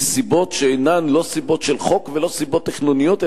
מסיבות שאינן לא סיבות של חוק ולא סיבות תכנוניות,